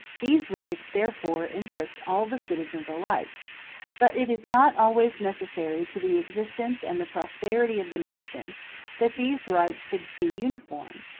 these rights therefore interest all the citizens alike but it is not always necessary to the existence and the prosperity of the nation that these rights should be uniform,